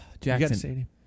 Jackson